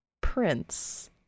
prince